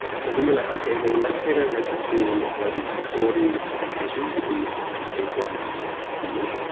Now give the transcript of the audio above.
so we were like, okay. well, let's create a registry where we can store these definitions of these these json schemas,